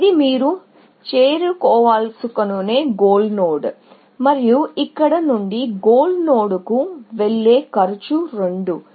ఇది మీరు చేరుకోవాలనుకునే గోల్ నోడ్ మరియు ఇక్కడి నుండి గోల్ నోడ్కు వెళ్ళే కాస్ట్ 2